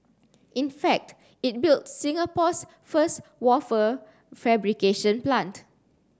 in fact it built Singapore's first wafer fabrication plant